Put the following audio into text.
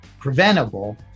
Preventable